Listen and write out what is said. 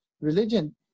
religion